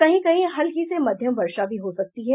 कहीं कहीं हल्की से मध्यम वर्षा भी हो सकती है